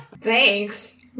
Thanks